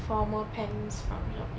formal pants from Shopee